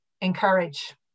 encourage